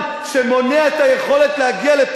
את הצד השני.